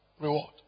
Reward